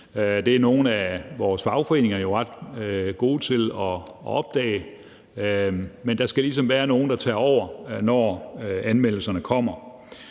Dem er nogle af vores fagforeninger jo ret gode til at opdage, men der skal ligesom være nogle, der tager over, når anmeldelserne kommer.